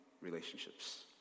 relationships